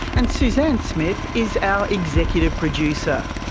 and suzanne smith is our executive producer.